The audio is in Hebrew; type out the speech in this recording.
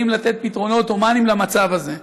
יודעים לתת פתרונות הומניים למצב הזה.